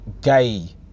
gay